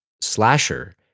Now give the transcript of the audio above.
slasher